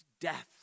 death